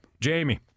Jamie